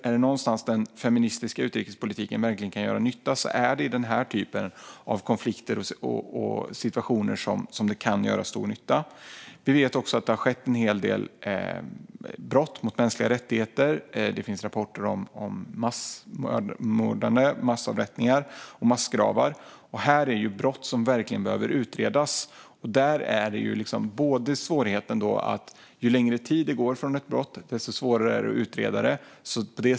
Är det någonstans som den feministiska utrikespolitiken verkligen kan göra stor nytta är det i konflikter och situationer som denna. Vi vet också att en hel del brott mot mänskliga rättigheter har skett. Det finns rapporter om massavrättningar och massgravar. Det här är brott som verkligen behöver utredas. Svårigheten är att ju längre tid det har gått sedan brottet utfördes desto svårare är det att utreda det.